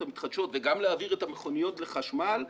המתחדשות וגם להעביר את המכוניות לחשמל,